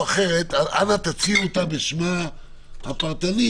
להציע אותן בשמן הפרטני,